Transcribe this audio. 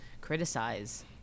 criticize